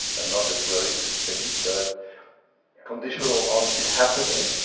i'm not as worried as many, but conditional on it happening,